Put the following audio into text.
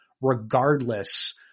regardless